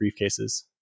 briefcases